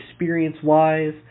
experience-wise